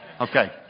Okay